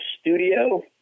studio